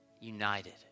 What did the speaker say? united